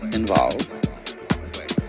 involved